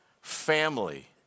family